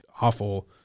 awful